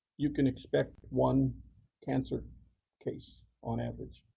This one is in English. you can expect one cancer case on average.